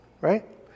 right